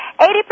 Eighty